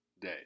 day